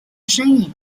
身影